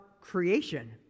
creation